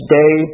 day